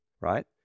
right